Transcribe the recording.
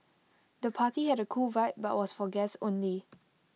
the party had A cool vibe but was for guests only